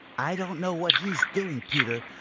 i don't know what he's doing, peter,